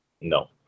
No